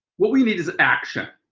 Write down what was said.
what we need is action.